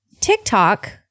TikTok